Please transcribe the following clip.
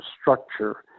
structure